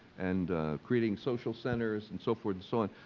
and creating social centers, and so forth and so on,